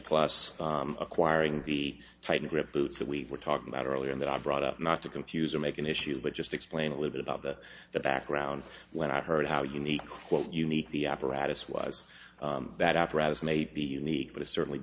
plus acquiring the title grip boots that we were talking about earlier that i brought up not to confuse or make an issue but just explain a little bit about the the background when i heard how unique quote unique the apparatus was that apparatus may be unique but it's certainly